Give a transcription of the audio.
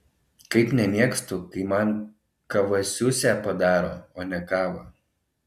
kaip nemėgstu kai man kavasiusę padaro o ne kavą